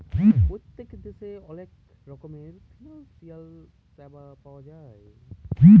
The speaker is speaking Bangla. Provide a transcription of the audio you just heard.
পত্তেক দ্যাশে অলেক রকমের ফিলালসিয়াল স্যাবা পাউয়া যায়